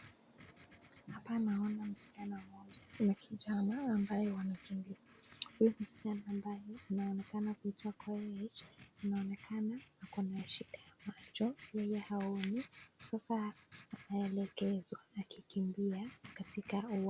Hapa naona msichana mmoja na kijana ambaye wanakimbia. Huyu msichana ambaye anaonekana kuitwa Koech anaonekana ako na shida ya macho yeye haoni sasa anaelekezwa akikimbia katika.